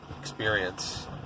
experience